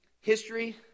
history